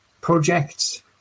projects